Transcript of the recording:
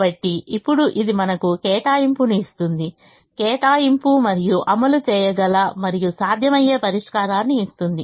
కాబట్టి ఇప్పుడు ఇది మనకు కేటాయింపును ఇస్తుందికేటాయింపు మరియు అమలు చేయగల మరియు సాధ్యమయ్యే పరిష్కారాన్ని ఇస్తుంది